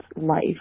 life